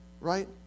right